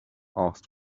asked